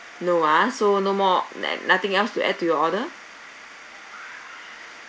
no ah so no more and nothing else to add to your order